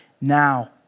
now